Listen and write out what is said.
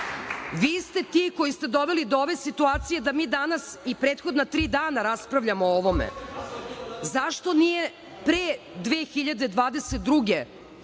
Vi ste ti koji ste doveli do ove situacije da mi danas i prethodna tri dana raspravljamo o ovome.Zašto nije pre 2022.